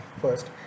first